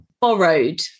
borrowed